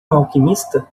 alquimista